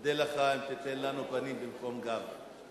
אודה לך אם תיתן לנו פנים במקום גב.